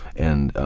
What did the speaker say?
and